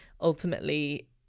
Ultimately